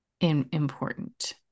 important